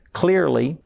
clearly